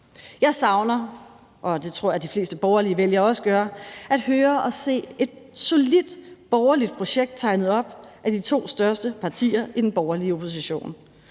Jeg savner – og det tror jeg også de fleste borgerlige vælgere gør – at høre og se et solidt borgerligt projekt tegnet op af de to største partier i den borgerlige opposition,